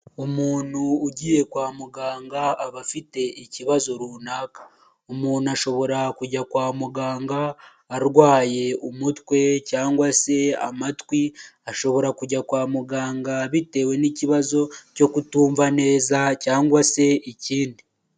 Umuntu ugiye kwa muganga aba afite ikibazo runaka, umuntu ashobora kujya kwa muganga arwaye umutwe cyangwa se amatwi, ashobora kujya kwa muganga bitewe n'ikibazo cyo kutumva neza cyangwa se ikindi.